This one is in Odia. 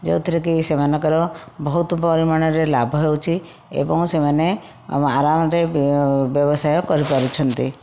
ଯେଉଁଥିରେ କି ସେମାନଙ୍କର ବହୁତ ପରିମାଣରେ ଲାଭ ହେଉଛି ଏବଂ ସେମାନେ ଆରାମରେ ବ୍ୟବସାୟ କରି ପାରୁଛନ୍ତି